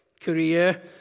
career